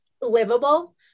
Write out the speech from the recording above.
livable